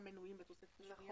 "המנויים בתוספת השנייה".